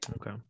Okay